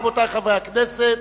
רבותי חברי הכנסת.